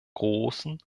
großen